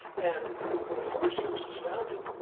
and when the forest service was founded,